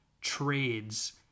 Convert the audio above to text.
trades